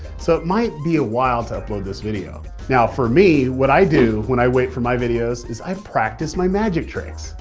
so it might be a while to upload this video. now for me what i do while i wait for my videos is i practice my magic tricks,